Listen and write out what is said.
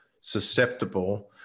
susceptible